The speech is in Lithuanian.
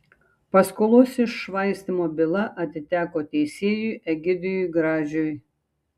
paskolos iššvaistymo byla atiteko teisėjui egidijui gražiui